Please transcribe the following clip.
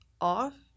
off